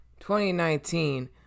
2019